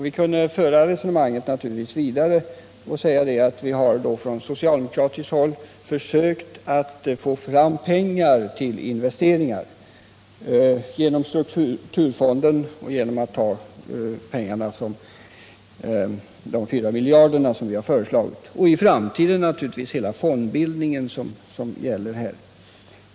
Vi skulle naturligtvis = trygga sysselsättkunna föra det resonemanget vidare och säga att vi från socialdemoningen i Bohuslän, kratiskt håll har försökt att få fram pengar till investeringar på det området = m.m. genom våra förslag om strukturfonder och de 4 miljarderna. I framtiden skulle insatser kunna göras genom den fondbildning vi har föreslagit genom löntagarfonder.